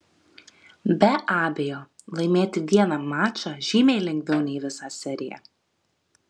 be abejo laimėti vieną mačą žymiai lengviau nei visą seriją